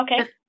okay